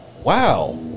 Wow